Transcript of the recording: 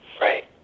Right